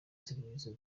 serivisi